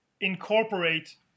incorporate